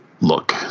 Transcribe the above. look